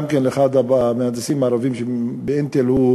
גם הוא אחד המהנדסים הערבים שב"אינטל" הוא